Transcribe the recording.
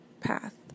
path